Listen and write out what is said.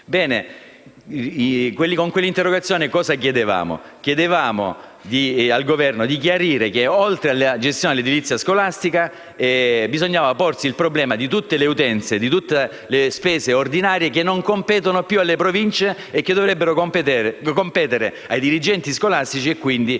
Con quella interrogazione chiedevamo al Governo di chiarire che, oltre alla gestione dell'edilizia scolastica, bisognava porsi il problema di tutte le utenze, di tutte le spese ordinarie che non competono più alle Province e che dovrebbero competere ai dirigenti scolastici, quindi al